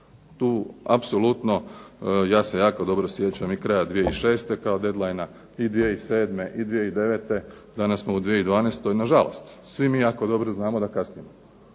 tu apsolutno ja se jako dobro sjećam i kraja 2006. kao dead line-a i 2007. i 2009., danas smo u 2012., na žalost svi mi jako dobro znamo da kasnimo